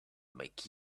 make